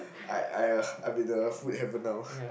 I I uh I'm in a food heaven now